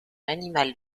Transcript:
animal